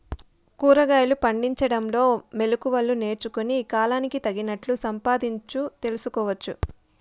కూరగాయలు పండించడంలో మెళకువలు నేర్చుకుని, కాలానికి తగినట్లు సంపాదించు తెలుసుకోవచ్చు